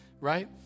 right